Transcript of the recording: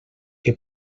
que